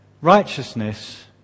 righteousness